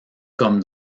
comme